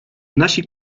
nasi